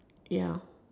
ya